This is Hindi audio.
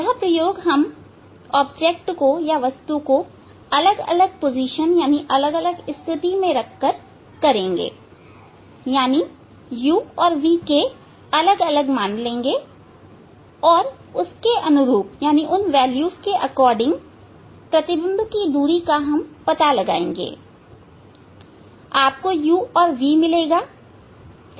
यह प्रयोग हम वस्तु को अलग अलग स्थिति में रखकर करेंगे मतलब u और v के अलग अलग मान लेंगे उसके अनुरूप प्रतिबिंब की दूरी का हम पता लगाएंगे